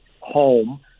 home